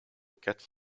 quatre